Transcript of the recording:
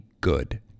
good